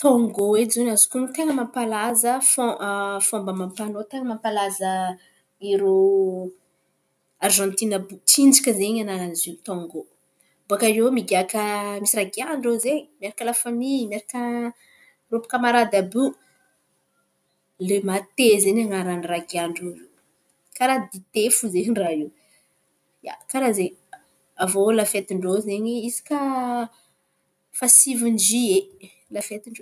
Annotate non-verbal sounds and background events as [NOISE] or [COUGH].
Tangô edy zio azoko honon̈o, ten̈a mampalaza fom- fomba amam-pan̈ao ten̈a mampalaza irô Arzantina àby io. Tsinjaka zen̈y anaran’izy iô tangô. Baka iô migaka, misy raha igiahin-drô zen̈y miaraka la famia, miaraka irô mpikamarady àby io. Le mate zen̈y anaran’ny raha igiahin-drô io, karà dite [LAUGHS] fo zen̈y raha io. Ia, karà zen̈y. Avô la fetin-drô zen̈y isaka fahasivy zie la fetin-drô.